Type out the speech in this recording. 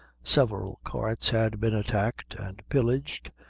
several carts had been attacked and pillaged,